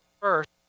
first